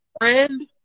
friend